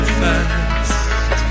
fast